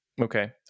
Okay